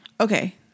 Okay